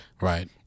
right